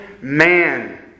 man